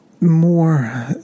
more